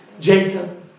Jacob